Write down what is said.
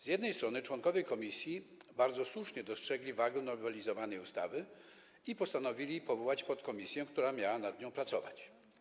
Z jednej strony członkowie komisji bardzo słusznie dostrzegli wagę nowelizowanej ustawy i postanowili powołać podkomisję, która miała nad nią pracować.